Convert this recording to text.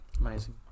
Amazing